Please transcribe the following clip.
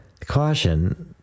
caution